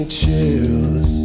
chills